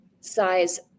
size